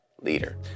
leader